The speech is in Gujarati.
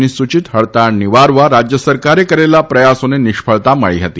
ની સૂચિત હડતાળ નિવારવા રાજ્ય સરકારે કરેલા પ્રયાસોને નિષ્ફળતા મળી હતી